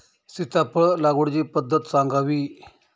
सीताफळ लागवडीची पद्धत सांगावी?